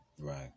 Right